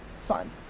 fun